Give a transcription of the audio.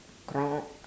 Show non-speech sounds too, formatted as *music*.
*noise*